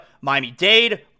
Miami-Dade